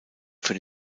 für